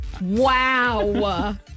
Wow